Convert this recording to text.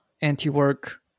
anti-work